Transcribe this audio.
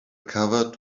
covered